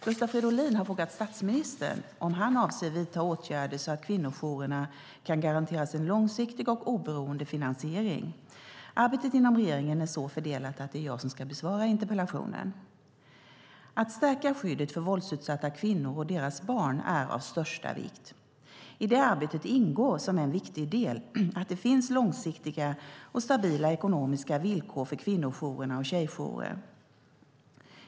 Gustav Fridolin har frågat statsministern om han avser att vidta åtgärder så att kvinnojourerna kan garanteras en långsiktig och oberoende finansiering. Arbetet inom regeringen är så fördelat att det är jag som ska besvara interpellationen. Att stärka skyddet för våldsutsatta kvinnor och deras barn är av största vikt. I det arbetet ingår som en viktig del att det finns långsiktiga och stabila ekonomiska villkor för kvinnojourer och tjejjourer.